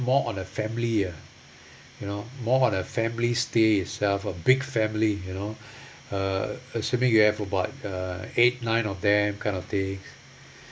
more on a family ah you know more on a family stay itself a big family you know uh assuming you have about uh eight nine of them kind of thing